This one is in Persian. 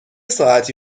ساعتی